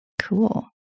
Cool